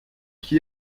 qui